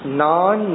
non